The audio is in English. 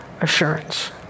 assurance